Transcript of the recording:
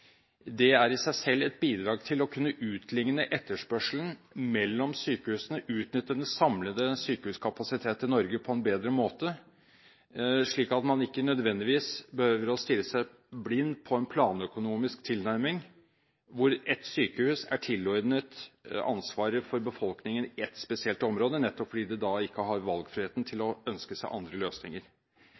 pasientene, er i seg selv et bidrag til å kunne utlikne etterspørselen mellom sykehusene, og utnytte den samlede sykehuskapasitet i Norge på en bedre måte, slik at man ikke nødvendigvis behøver å stirre seg blind på en planøkonomisk tilnærming, hvor et sykehus er tilordnet ansvaret for befolkningen i et spesielt område, nettopp fordi det da ikke har valgfriheten til å ønske seg andre løsninger.